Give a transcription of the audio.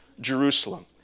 Jerusalem